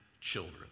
children